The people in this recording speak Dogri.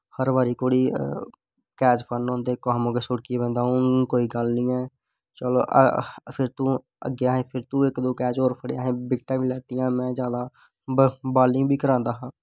हर बारी थोहड़ी कैच फड़ना होंदा कुसै मौकै छुड़की बी जंदा हून कोई गल्ल नी ऐ चलो फिर तो अग्गैं असैं पिर तों इक दो कैच होर फड़ेआ बिकटां बी लैत्तियां मैं जादा बॉलिंग बी करांदा हा